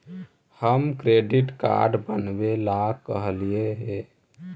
हम credit card बनावे ला कहलिऐ हे?